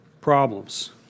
problems